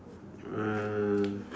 uh